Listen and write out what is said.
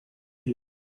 you